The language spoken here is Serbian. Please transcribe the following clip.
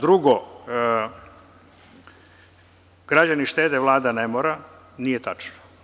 Drugo, građani štede a Vlada ne mora – nije tačno.